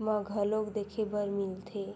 म घलोक देखे बर मिलथे